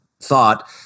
thought